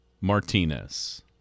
Martinez